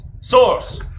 source